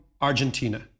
Argentina